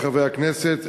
חברי חברי הכנסת,